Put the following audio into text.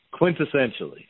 quintessentially